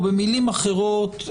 או במילים אחרות,